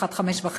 1.55,